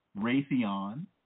raytheon